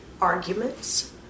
arguments